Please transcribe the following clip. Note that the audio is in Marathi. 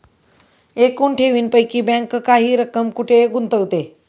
एकूण ठेवींपैकी बँक काही रक्कम कुठे गुंतविते?